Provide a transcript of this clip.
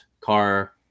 car